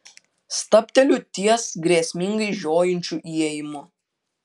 stabteliu ties grėsmingai žiojinčiu įėjimu